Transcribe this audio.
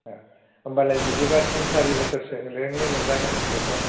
ओ होमबालाय बिदिबा थिन सारि बोसोरसोजोंनो मोनजागोन फिथाइखौ